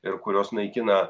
ir kurios naikina